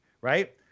right